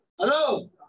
Hello